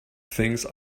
things